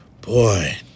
Boy